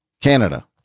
Canada